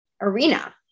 arena